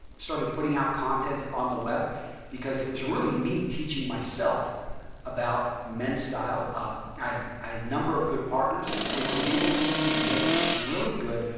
started putting out content on the web because it was really me teaching myself about men's style. ah i had a number of good partners who were enabling me to make really good,